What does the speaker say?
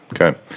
okay